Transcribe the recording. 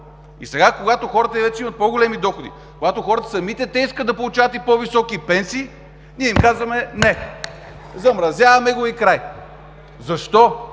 Сега, когато хората вече имат по-големи доходи, когато самите хора искат да получават по-високи пенсии, ние им казваме: „Не! Замразяваме го и край!“. Защо?!